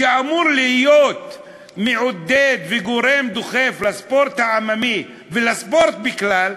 שאמור להיות מעודד וגורם דוחף לספורט העממי ולספורט בכלל,